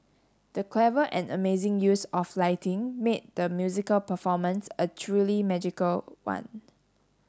the clever and amazing use of lighting made the musical performance a truly magical one